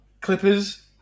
Clippers